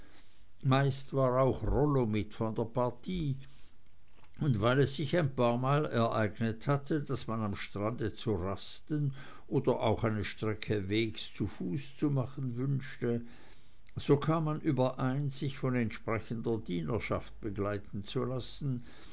meist war auch rollo mit von der partie und weil es sich ein paarmal ereignet hatte daß man am strand zu rasten oder auch eine strecke wegs zu fuß zu machen wünschte so kam man überein sich von entsprechender dienerschaft begleiten zu lassen